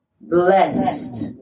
blessed